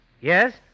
Yes